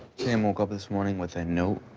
sam woke up this morning with a note